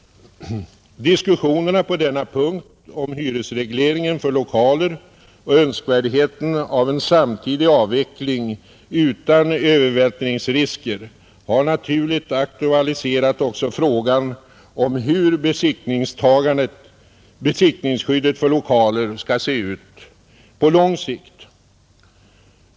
Diskussionerna härvidlag om hyresregleringen för lokaler och önskvärdheten av en samtidig avveckling utan övervältringsrisker har naturligt aktualiserat också frågan om hur besittningsskyddet för lokaler skall se ut på lång sikt.